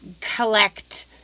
collect